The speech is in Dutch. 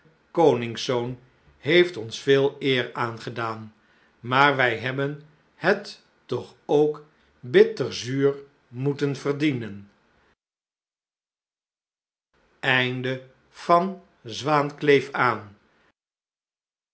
koningszoon heeft ons veel eer aangedaan maar wij hebben het toch ook bitter zuur moeten verdienen